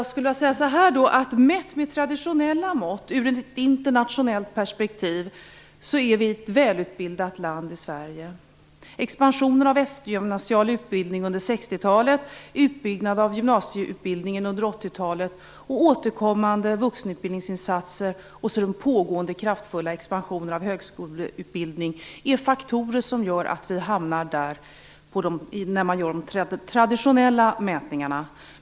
Mätt med traditionella mått, ur ett internationellt perspektiv, är Sverige ett välutbildat land. Expansionen av eftergymnasial utbildning under 60-talet, utbyggnaden av gymnasieutbildningen under 80-talet och återkommande vuxenutbildningsinsatser samt den pågående kraftfulla expansionen av högskoleutbildningen är faktorer som påverkar resultatet vid sådana traditionella mätningar.